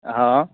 हँ